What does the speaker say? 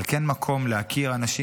אבל כן מקום להכיר אנשים